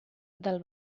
del